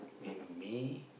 mean me